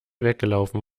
weggelaufen